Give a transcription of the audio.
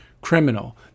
criminal